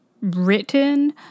written